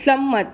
સંમત